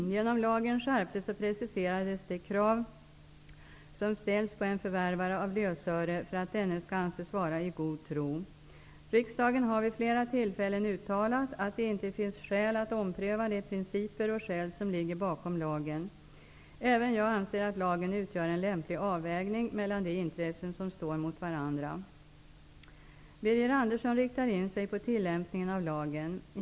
Genom lagen skärptes och preciserades de krav som ställts på en förvärvare av lösöre för att denne skall anses vara i god tro. Riksdagen har vid flera tillfällen uttalat att det inte finns skäl att ompröva de principer och skäl som ligger bakom lagen. Även jag anser att lagen utgör en lämplig avvägning mellan de intressen som står mot varandra. Birger Andersson riktar in sig på tillämpningen av lagen.